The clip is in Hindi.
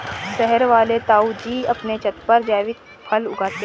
शहर वाले ताऊजी अपने छत पर जैविक फल उगाते हैं